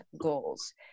goals